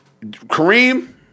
Kareem